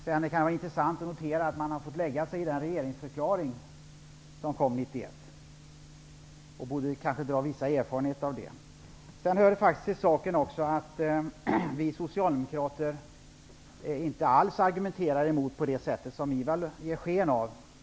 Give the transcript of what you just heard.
Det är intressant att notera att man har fått ge med sig i den regeringsförklaring som kom 1991, och det borde man kanske dra vissa lärdomar av. Till saken hör faktiskt också att vi socialdemokrater inte alls argumenterar på det sättet som Ivar Virgin ger sken av.